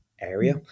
area